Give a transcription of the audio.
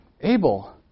Abel